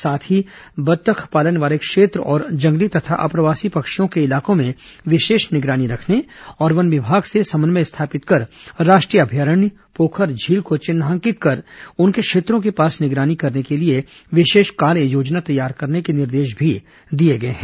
साथ ही बत्तख पालन वाले क्षेत्र और जंगली तथा अप्रवासी पक्षियों के इलाकों में विशेष निगरानी रखने और वन विभाग से समन्वय स्थापित कर राष्ट्रीय अभयारण्य पोखर झील को चिन्हांकित कर उन क्षेत्रों के पास निगरानी के लिए विशेष कार्ययोजना तैयार करने के निर्देश दिए गए हैं